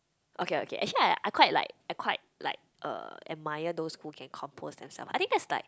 okay okay actually I I quite like I quite like uh admire those who can compose themself I think that's like